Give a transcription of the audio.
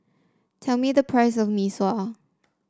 tell me the price of Mee Sua